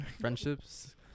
friendships